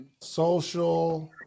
social